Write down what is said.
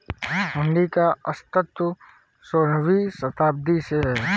हुंडी का अस्तित्व सोलहवीं शताब्दी से है